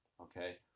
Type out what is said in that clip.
okay